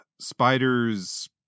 Spiders